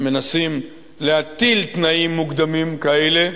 מנסים להטיל תנאים מוקדמים כאלה,